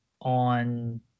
on